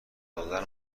دادن